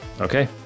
Okay